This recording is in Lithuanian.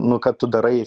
nu ką tu darai